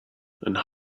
and